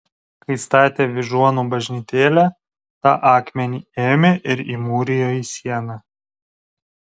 kai statė vyžuonų bažnytėlę tą akmenį ėmė ir įmūrijo į sieną